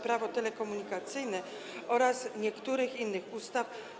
Prawo telekomunikacyjne oraz niektórych innych ustaw.